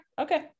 Okay